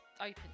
open